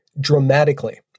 dramatically